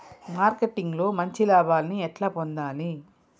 Marketing లో మంచి లాభాల్ని ఎట్లా పొందాలి?